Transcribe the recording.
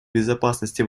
безопасности